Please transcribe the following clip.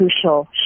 crucial